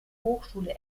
hochschule